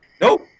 Nope